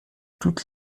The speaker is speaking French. toutes